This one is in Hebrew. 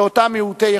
באותם מעוטי יכולת,